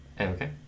Okay